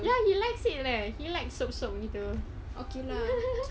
ya he likes it leh he likes soup soup begitu